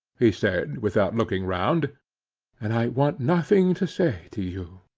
he said, without looking round and i want nothing to say to you.